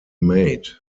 made